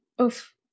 Oof